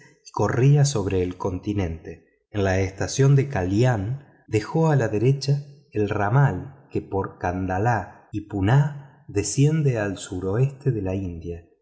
corría sobre el continente en la estación de callyan dejó a la derecha el ramal que por kandallah y punah desciende al suroeste de la india